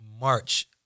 March